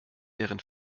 deren